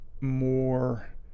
more